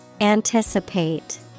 Anticipate